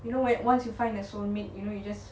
you know when you find a soulmate you know you just